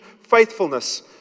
faithfulness